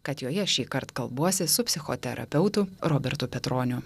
kad joje šįkart kalbuosi su psichoterapeutu robertu petroniu